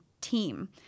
team